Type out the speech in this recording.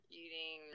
eating